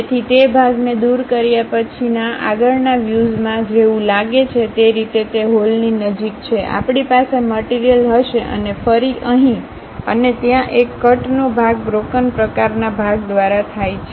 તેથી તે ભાગને દૂર કર્યા પછીના આગળના વ્યુઝ માં જેવું લાગે છે તે રીતે તે હોલ ની નજીક છે આપણી પાસે મટીરીયલ હશે અને ફરી અહીં અને ત્યાં એક કટનો ભાગ બ્રોકન પ્રકારના ભાગ દ્વારા થાય છે